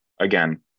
Again